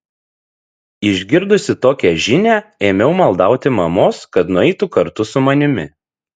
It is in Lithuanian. išgirdusi tokią žinią ėmiau maldauti mamos kad nueitų kartu su manimi